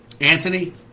Anthony